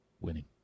winning